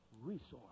resource